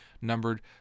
numbered